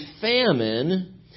famine